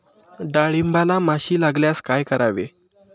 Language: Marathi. डाळींबाला माशी लागल्यास काय करावे?